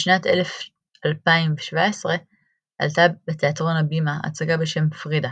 בשנת 2017 עלתה בתיאטרון "הבימה" הצגה בשם "פרידה",